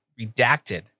redacted